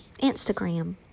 Instagram